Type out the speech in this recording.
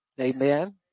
amen